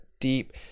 deep